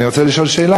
אני רוצה לשאול שאלה.